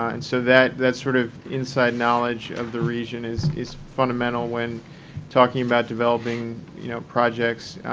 and so that that sort of inside knowledge of the region is is fundamental when talking about developing you know projects.